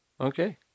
Okay